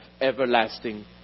everlasting